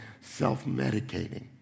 self-medicating